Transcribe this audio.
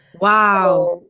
Wow